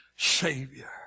Savior